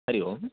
Hari Om